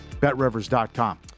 BetRivers.com